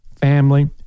family